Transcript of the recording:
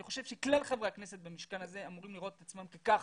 אני חושב שכלל חברי הכנסת במשכן הזה אמורים לראות את עצמם כך,